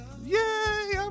yay